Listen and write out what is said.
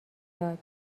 داد